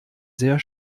sehr